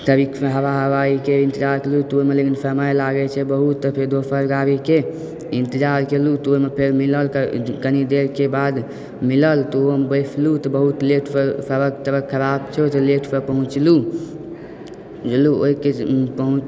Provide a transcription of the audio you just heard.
तऽ हवा हवाइके इन्तजार केलूँ तऽ ओहिमे समय लागै छै बहुत तऽ फेर दोसर गाड़ी के इन्तजार केलूँ तऽ ओहिमे फेर मिलल तऽ कनी देर के बाद मिलल तऽ ओहिमे बैसलूँ तऽ बहुत लेटसँ सड़क तड़क खराप छै तऽ लेटसँ पहुँचलूँ ओहिके